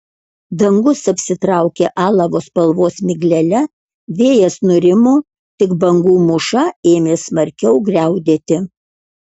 dangus apsitraukė alavo spalvos miglele vėjas nurimo tik bangų mūša ėmė smarkiau griaudėti